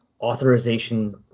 authorization